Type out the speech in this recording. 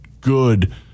good